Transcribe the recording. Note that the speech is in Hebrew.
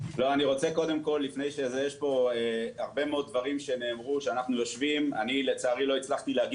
יש הרבה דברים שנאמרו שאני רוצה להגיב